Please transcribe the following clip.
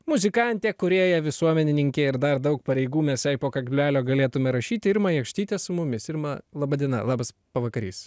muzikantė kūrėja visuomenininkė ir dar daug pareigų mes jai po kablelio galėtume rašyti irma jokštytė su mumis irma laba diena labas pavakarys